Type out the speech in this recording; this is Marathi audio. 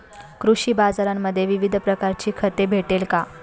कृषी बाजारांमध्ये विविध प्रकारची खते भेटेल का?